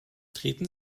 treten